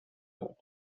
بود